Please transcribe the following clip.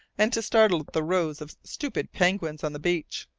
and to startle the rows of stupid penguins on the beach.